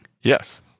yes